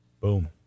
Boom